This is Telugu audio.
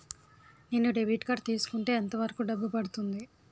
నేను డెబిట్ కార్డ్ తీసుకుంటే ఎంత వరకు డబ్బు పడుతుంది?